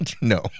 No